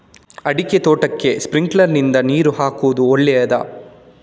ಅಡಿಕೆ ತೋಟಕ್ಕೆ ಸ್ಪ್ರಿಂಕ್ಲರ್ ನಿಂದ ನೀರು ಹಾಕುವುದು ಒಳ್ಳೆಯದ?